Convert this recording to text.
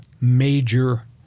major